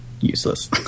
useless